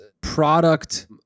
product